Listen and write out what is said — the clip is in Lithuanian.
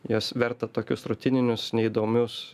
juos verta tokius rutininius neįdomius